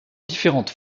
différentes